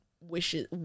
wishes